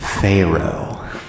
Pharaoh